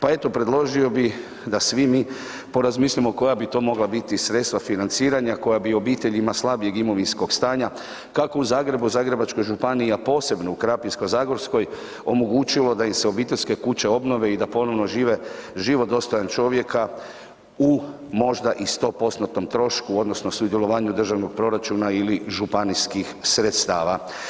Pa eto, predložio bi da svi mi porazmislimo koja bi to mogla biti sredstva financiranja koja bi obiteljima slabijeg imovinskog stanja, kako u Zagrebu i Zagrebačkoj županiji, a posebno u Krapinsko-zagorskoj omogućilo da im se obiteljske kuće obnove i da ponovno žive život dostojan čovjeka u možda i 100%-tnom trošku odnosno sudjelovanju državnog proračuna ili županijskih sredstava.